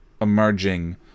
emerging